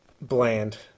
bland